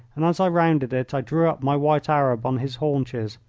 and as i rounded it i drew up my white arab on his haunches.